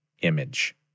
image